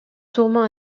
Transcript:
tourment